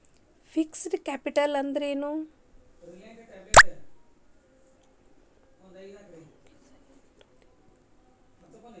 Fixed capital ಅಂದ್ರೇನು?